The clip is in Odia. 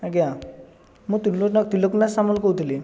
ଆଜ୍ଞା ମୁଁ ତ୍ରିଲୋକ ତ୍ରିଲୋକ ନାଥ ସାମଲ କହୁଥିଲି